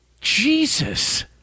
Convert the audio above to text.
Jesus